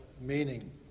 meaning